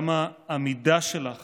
גם העמידה שלך